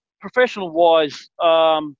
professional-wise